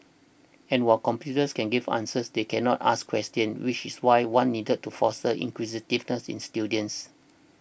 and while computers can give answers they cannot ask questions which is why one needed to foster inquisitiveness in students